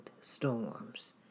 storms